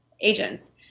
agents